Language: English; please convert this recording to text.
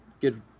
good